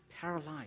paralyzed